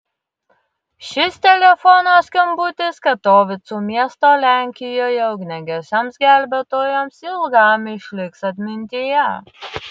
šis telefono skambutis katovicų miesto lenkijoje ugniagesiams gelbėtojams ilgam išliks atmintyje